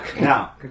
Now